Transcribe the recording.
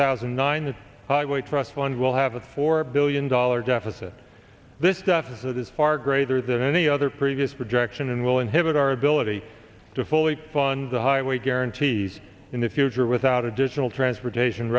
thousand and nine a trust fund will have a four billion dollars deficit this deficit is far greater than any other previous projection and will inhibit our ability to fully fund the highway guarantees in the future without additional transportation